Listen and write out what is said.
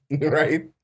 right